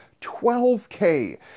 12K